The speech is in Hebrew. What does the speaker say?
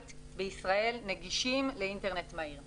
בישראל כשהם נגישים לאינטרנט מהיר.